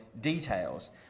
details